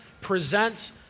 presents